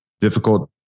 difficult